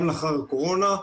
גם לאחר הקורונה,